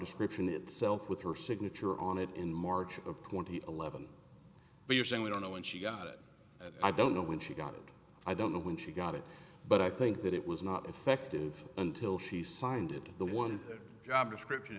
description itself with her signature on it in march of twenty eleven but you're saying we don't know when she got it i don't know when she got it i don't know when she got it but i think that it was not effective until she signed it the one job description